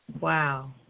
Wow